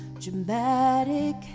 dramatic